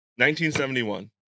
1971